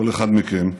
כל אחד מכם יודע,